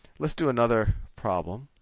let's do another problem.